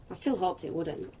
still hoped it wouldn't,